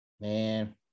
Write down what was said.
man